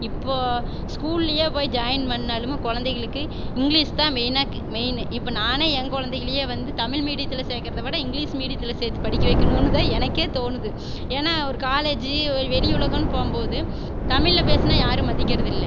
இப்போது ஸ்கூல்லேயே போய் ஜாய்ன் பண்ணாலுமே குழந்தைகளுக்கு இங்கிலீஷ் தான் மெயினாக மெய்னு இப்போ நானே என் குழந்தைகளையே வந்து தமிழ் மீடியத்தில் சேர்க்குறத விட இங்கிலீஷ் மீடியத்தில் சேர்த்து படிக்க வைக்கணும்ன்னு தான் எனக்கே தோணுது ஏன்னா ஒரு காலேஜு ஒரு வெளியுலகன்னு போகும்போது தமிழில் பேசினா யாரும் மதிக்கிறதில்லை